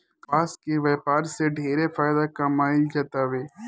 कपास के व्यापार से ढेरे फायदा कमाईल जातावे